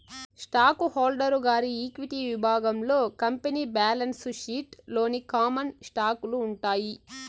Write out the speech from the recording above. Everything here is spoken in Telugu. స్టాకు హోల్డరు గారి ఈక్విటి విభాగంలో కంపెనీ బాలన్సు షీట్ లోని కామన్ స్టాకులు ఉంటాయి